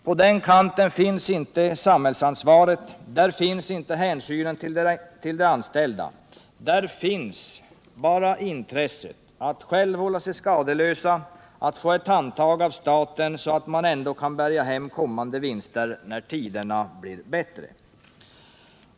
På den kanten finns inte samhällsansvaret, där finns inte hänsynen till de anställda. Där finns bara intresset att själva hålla sig skadeslösa och att få ett handtag av staten, så att man ändå kan bärga hem kommande vinster när tiderna blir bättre.